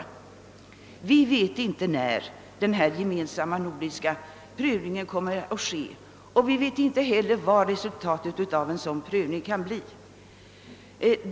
Vi vet inte när denna gemensamma nordiska prövning kommer att ske, och vi vet inte heller vad resultatet av en sådan prövning kan bli.